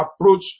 approach